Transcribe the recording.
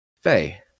Faye